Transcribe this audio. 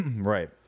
Right